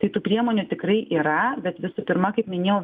tai tų priemonių tikrai yra bet visų pirma kaip minėjau